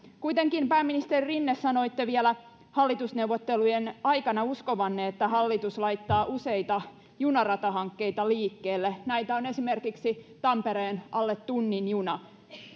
kuitenkin pääministeri rinne sanoitte vielä hallitusneuvottelujen aikana uskovanne että hallitus laittaa useita junaratahankkeita liikkeelle näitä on esimerkiksi tampereen alle tunnin juna